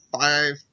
five